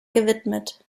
gewidmet